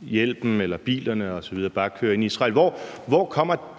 hjælpen, bilerne osv. bare køre ind i Israel, er